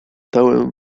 dałem